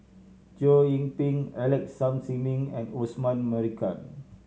Chow Yian Ping Alex Yam Ziming and Osman Merican